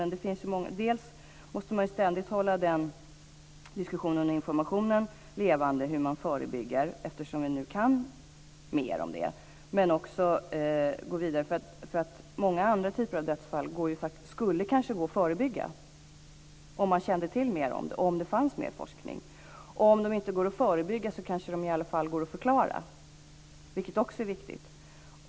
Men dels måste man ständigt hålla diskussionen och informationen om hur man förebygger levande, eftersom vi nu kan mer om det, dels måste vi också gå vidare. Många andra typer av dödsfall skulle kanske gå att förebygga om man kände till mer om det här, om det fanns mer forskning.